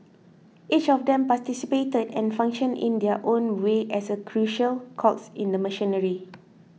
each of them participated and functioned in their own way as a crucial cogs in the machinery